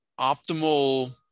optimal